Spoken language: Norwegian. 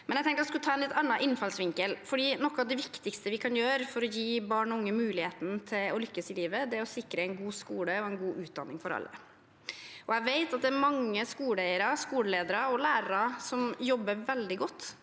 Jeg tenkte jeg skulle ta en litt annen innfallsvinkel. Noe av det viktigste vi kan gjøre for å gi barn og unge muligheten til å lykkes i livet, er å sikre en god skole og en god utdanning for alle. Jeg vet at det er mange skoleeiere, skoleledere og lærere som jobber veldig godt,